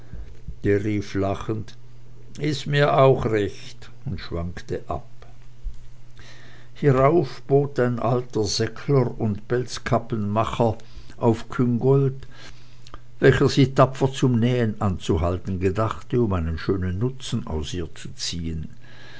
der rief lachend ist mir auch recht und schwankte ab hierauf bot ein alter seckler und pelzkappenmacher auf küngolt welcher sie tapfer zum nähen anzuhalten gedachte um einen schönen nutzen aus ihr zu ziehen